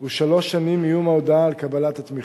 הוא שלוש שנים מיום ההודעה על קבלת התמיכה.